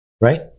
right